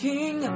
King